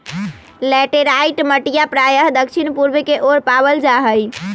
laterite मटिया प्रायः दक्षिण पूर्व के ओर पावल जाहई